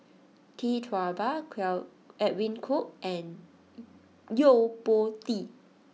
Tee Tua Ba Edwin Koo and Yo Po Tee